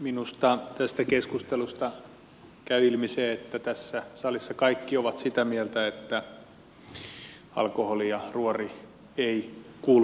minusta tästä keskustelusta käy ilmi se että tässä salissa kaikki ovat sitä mieltä että alkoholi ja ruori eivät kuulu yhteen